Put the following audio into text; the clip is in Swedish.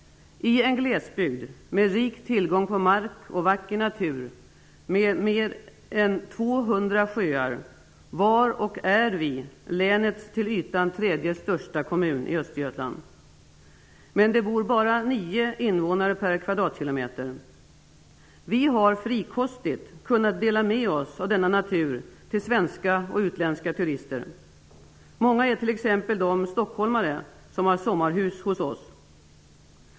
I en glesbygd med rik tillgång på mark, vacker natur och med mer är 200 sjöar var och är kommunen till ytan länets tredje största kommun i Östergötland. Men det bor bara nio invånare per kvadratkilometer. Vi har frikostigt kunnat dela med oss av denna natur till svenska och utländska turister. Många är t.ex. de stockholmare som har sommarhus hos oss.